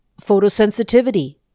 photosensitivity